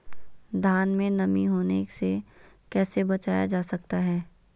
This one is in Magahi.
धान में नमी होने से कैसे बचाया जा सकता है?